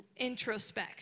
introspect